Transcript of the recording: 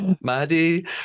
Maddie